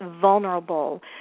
vulnerable